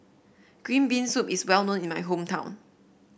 Green Bean Soup is well known in my hometown